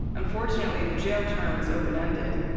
unfortunately, the jail term is open-ended.